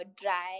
dry